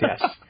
yes